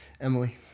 Emily